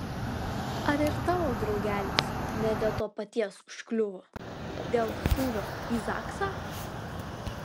ar ir tavo draugelis ne dėl to paties užkliuvo dėl šūvio į zaksą